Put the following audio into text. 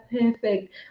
perfect